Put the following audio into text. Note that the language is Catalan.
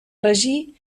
regir